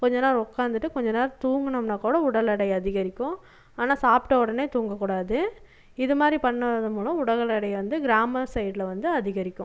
கொஞ்சம் நேரம் உக்காந்துட்டு கொஞ்சம் நேரம் தூங்குனோம்னாகூட உடல் எடை அதிகரிக்கும் ஆனால் சாப்பிட்ட உடனே தூங்கக்கூடாது இதுமாதிரி பண்ணது மூலம் உடலுடைய வந்து கிராம சைடில் வந்து அதிகரிக்கும்